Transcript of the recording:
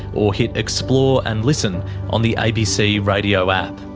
or hit explore and listen on the abc radio app.